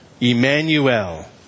Emmanuel